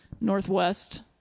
Northwest